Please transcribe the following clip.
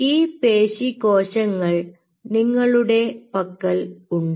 ഈ പേശി കോശങ്ങൾ നിങ്ങളുടെ പക്കൽ ഉണ്ട്